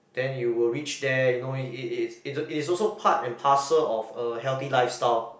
then you will reach there you know it it its it is also part and parcel of a healthy lifestyle